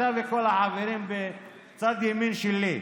אתה וכל החברים בצד ימין שלי.